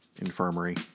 infirmary